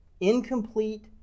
incomplete